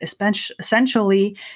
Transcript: essentially